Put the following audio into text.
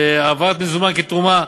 העברת מזומן כתרומה,